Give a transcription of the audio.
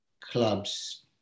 clubs